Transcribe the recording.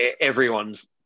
everyone's